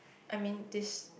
I mean this